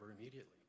immediately